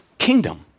kingdom